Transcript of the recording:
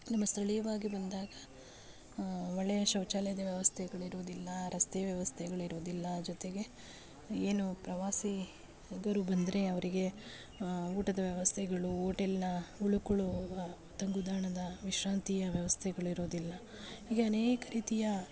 ನಮ್ಮ ಸ್ಥಳೀಯವಾಗಿ ಬಂದಾಗ ಒಳ್ಳೆಯ ಶೌಚಾಲಯದ ವ್ಯವಸ್ಥೆಗಳಿರುವುದಿಲ್ಲ ರಸ್ತೆ ವ್ಯವಸ್ಥೆಗಳಿರುವುದಿಲ್ಲ ಜೊತೆಗೆ ಏನು ಪ್ರವಾಸಿ ಗರು ಬಂದರೆ ಅವರಿಗೆ ಊಟದ ವ್ಯವಸ್ಥೆಗಳು ಹೋಟೆಲ್ನ ಉಳ್ಕೊಳ್ಳುವ ತಂಗುದಾಣದ ವಿಶ್ರಾಂತಿಯ ವ್ಯವಸ್ಥೆಗಳು ಇರೋದಿಲ್ಲ ಹೀಗೆ ಅನೇಕ ರೀತಿಯ